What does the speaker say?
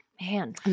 Man